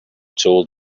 told